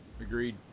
Agreed